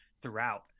throughout